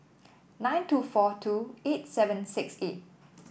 nine two four two eight seven six eight